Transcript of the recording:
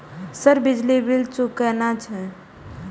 Sir बिजली bill चूकेना छे?